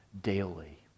daily